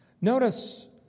Notice